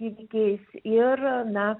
įvykiais ir na